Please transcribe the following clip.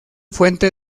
fuente